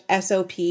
SOP